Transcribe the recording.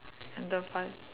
under five